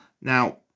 Now